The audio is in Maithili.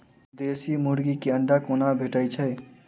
देसी मुर्गी केँ अंडा कोना भेटय छै?